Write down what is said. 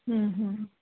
ਹਮ ਹਮ